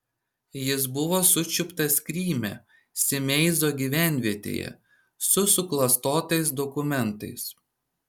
jis buvo sučiuptas kryme simeizo gyvenvietėje su suklastotais dokumentais